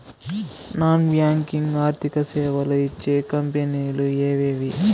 Non banking ఆర్థిక సేవలు ఇచ్చే కంపెని లు ఎవేవి?